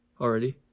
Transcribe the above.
already